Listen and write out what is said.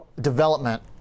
development